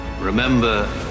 Remember